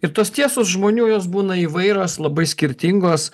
ir tos tiesos žmonių jos būna įvairios labai skirtingos